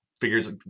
figures